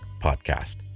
Podcast